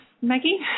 Maggie